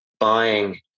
buying